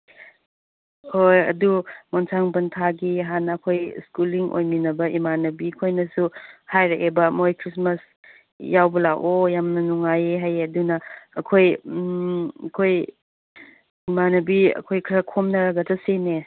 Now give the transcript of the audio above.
ꯍꯣꯏ ꯑꯗꯨ ꯃꯣꯟꯁꯥꯡ ꯄꯟꯊꯥꯒꯤ ꯍꯥꯟꯅ ꯑꯩꯈꯣꯏ ꯁ꯭ꯀꯨꯜꯂꯤꯡ ꯑꯣꯏꯃꯤꯟꯅꯕ ꯏꯃꯥꯟꯅꯕꯤ ꯈꯣꯏꯅꯁꯨ ꯍꯥꯏꯔꯛꯑꯦꯕ ꯃꯣꯏ ꯈ꯭ꯔꯤꯁꯃꯥꯁ ꯌꯥꯎꯕ ꯂꯥꯛꯑꯣ ꯌꯥꯝꯅ ꯅꯨꯡꯉꯥꯏꯌꯦ ꯍꯥꯏꯌꯦ ꯑꯗꯨꯅ ꯑꯩꯈꯣꯏ ꯑꯩꯈꯣꯏ ꯏꯃꯥꯟꯅꯕꯤ ꯑꯩꯈꯣꯏ ꯈꯔ ꯈꯣꯝꯅꯔꯒ ꯆꯠꯁꯤꯅꯦ